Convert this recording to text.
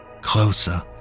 Closer